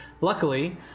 luckily